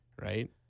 right